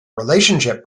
relationship